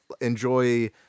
enjoy